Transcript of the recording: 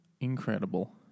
incredible